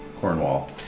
Cornwall